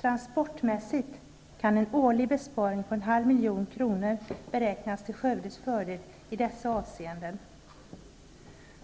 Transportmässigt kan en årlig besparing på en halv miljon kronor beräknas till Skövdes fördel i dessa avseenden.